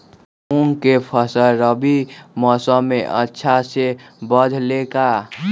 मूंग के फसल रबी मौसम में अच्छा से बढ़ ले का?